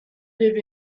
live